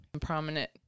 prominent